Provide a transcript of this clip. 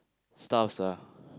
stuffs